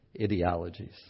ideologies